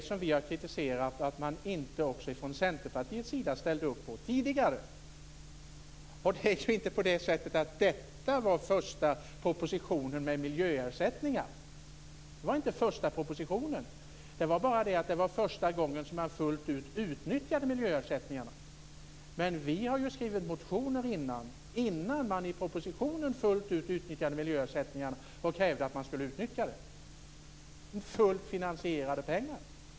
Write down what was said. Vi har kritiserat att Centern inte har ställt upp på det tidigare. Detta var inte första propositionen om miljöersättningar. Det var första gången som miljöersättningarna fullt ut utnyttjades. Men vi väckte motionen och krävde ett utnyttjande innan man i propositionen fullt ut utnyttjade ersättningarna.